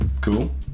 Cool